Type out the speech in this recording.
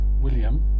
William